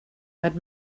but